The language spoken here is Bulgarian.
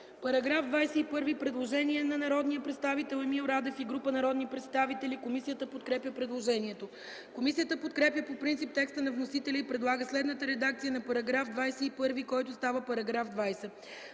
ФИДОСОВА: Предложение на народния представител Емил Радев и група народни представители за § 21. Комисията подкрепя предложението. Комисията подкрепя по принцип текста на вносителя и предлага следната редакция на § 21, който става § 20: „§ 20.